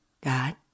God